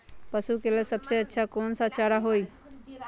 पशु के लेल सबसे अच्छा कौन सा चारा होई?